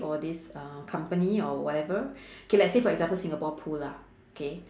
or this uh company or whatever K let's say for example singapore pool lah K